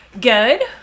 Good